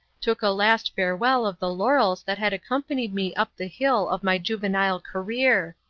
took a last farewell of the laurels that had accompanied me up the hill of my juvenile career.